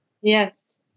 Yes